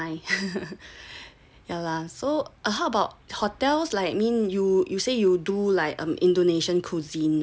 ya lah so uh how about hotels like mean you you say you do like Indonesian cuisine right